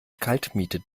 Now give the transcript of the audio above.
kaltmiete